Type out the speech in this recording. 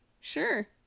sure